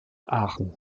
aachen